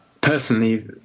personally